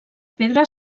pedra